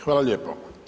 Hvala lijepo.